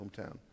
hometown